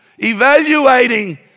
evaluating